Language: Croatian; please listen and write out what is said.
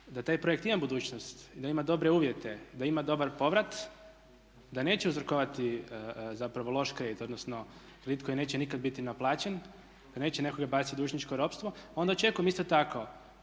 da taj projekt ima budućnost i da ima dobre uvjete, da ima dobar povrat, da neće uzrokovati zapravo loš kredit, odnosno kredit koji neće nikad biti naplaćen, da neće nekoga baciti u dužničko ropstvo onda očekujem isto tako